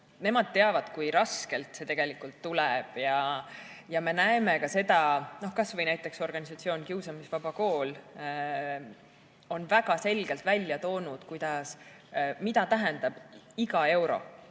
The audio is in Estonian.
Nemad teavad, kui raskelt see tegelikult tuleb. Ja me näeme, kas või näiteks organisatsioon Kiusamisvaba Kool on väga selgelt välja toonud, mida tähendab iga euro.